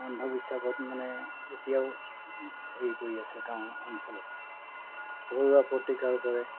অন্ধবিশ্বাসত মানে এতিয়াও হেৰি কৰি আছে গাঁৱৰ অঞ্চলত ঘৰুৱা প্ৰতিকাৰ কৰে